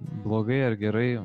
blogai ar gerai